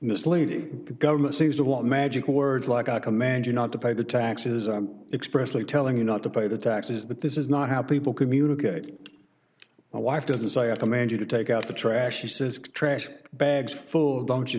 misleading the government seems to want magic words like i command you not to pay the taxes i express like telling you not to pay the taxes but this is not how people communicate my wife doesn't say i command you to take out the trash she says trash bags full don't you